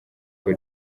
kure